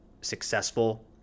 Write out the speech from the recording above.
successful